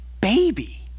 baby